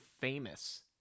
famous